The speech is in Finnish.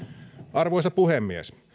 arvoisa puhemies